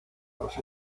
los